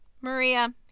Maria